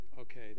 Okay